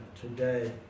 today